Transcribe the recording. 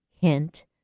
Hint